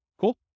Cool